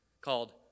called